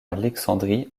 alexandrie